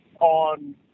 on